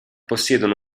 possiedono